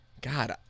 God